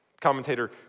Commentator